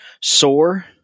sore